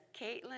Caitlin